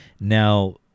Now